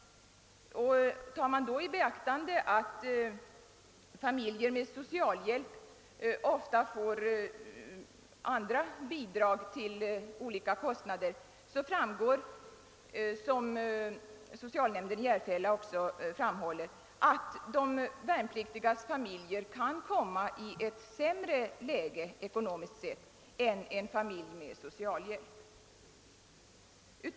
Tar man då i beaktande att familjer med socialhjälp ofta får andra bidrag till olika kostnader, framgår det — som socialnämnden i Järfälla också framhåller — att de värnpliktigas familjer kan komma i ett sämre läge, ekonomiskt sett, än en familj med socialhjälp.